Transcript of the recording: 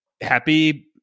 happy